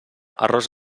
arròs